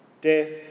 death